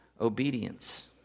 obedience